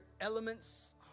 elements